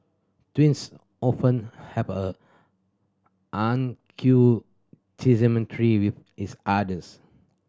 twins often have a with each others